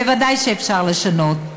בוודאי אפשר לשנות.